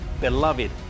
Beloved